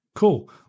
cool